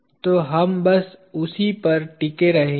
तो हम बस उसी पर टिके रहेंगे